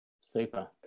Super